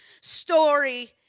story